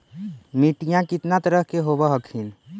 मिट्टीया कितना तरह के होब हखिन?